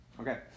okay